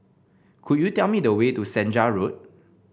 could you tell me the way to Senja Road